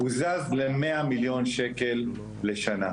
קוזז ל-100 מיליון שקלים לשנה.